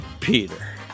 peter